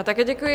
Také děkuji.